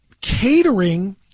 catering